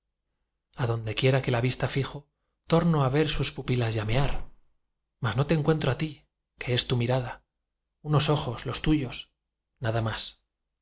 adonde quiera que la vista fijo torno á ver sus pupilas llamear mas no te encuentro á ti que es tu mirada unos ojos los tuyos nada más